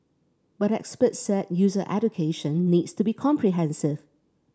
but experts said user education needs to be comprehensive